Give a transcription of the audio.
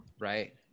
Right